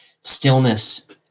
stillness